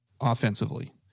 offensively